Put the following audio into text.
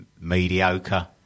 mediocre